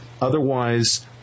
Otherwise